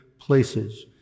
places